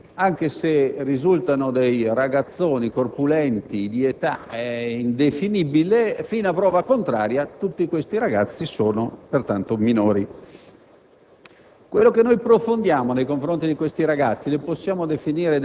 Pertanto, anche se risultano dei ragazzoni corpulenti di età indefinibile, fino a prova contraria, tutti questi ragazzi sono minori.